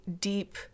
deep